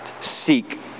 seek